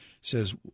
says